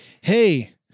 hey